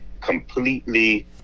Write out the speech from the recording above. completely